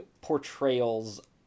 portrayals